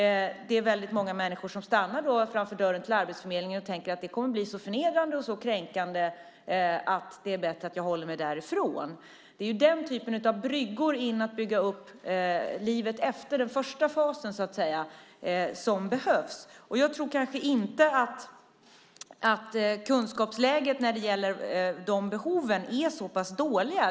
Det är väldigt många människor som då stannar framför dörren till Arbetsförmedlingen och tänker: Det kommer att bli så förnedrande och så kränkande att det är bättre att jag håller mig därifrån. Det är den här typen av bryggor, som handlar om att bygga upp livet efter den första fasen, som behövs. Jag tror kanske inte att kunskapsläget när det gäller de behoven är så pass dåligt.